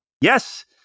Yes